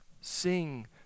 Sing